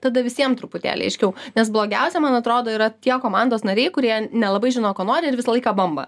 tada visiem truputėlį aiškiau nes blogiausia man atrodo yra tie komandos nariai kurie nelabai žino ko nori ir visą laiką bamba